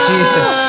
Jesus